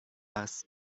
است